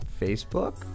Facebook